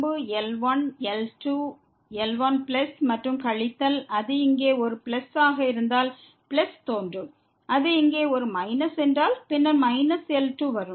L1 plus மற்றும் கழித்தல் அது இங்கே ஒரு பிளஸ் ஆக இருந்தால் பிளஸ் தோன்றும் அது இங்கே ஒரு மைனஸ் என்றால் பின்னர் மைனஸ் L2 வரும்